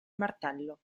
martello